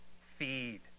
feed